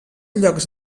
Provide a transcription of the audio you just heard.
llocs